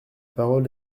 parole